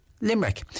Limerick